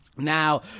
Now